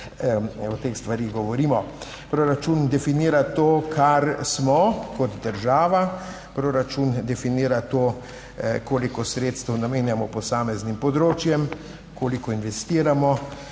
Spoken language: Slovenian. o teh stvareh govorimo. Proračun definira to, kar smo kot država, proračun definira to, koliko sredstev namenjamo posameznim področjem, koliko investiramo,